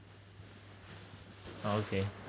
oh okay